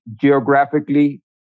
geographically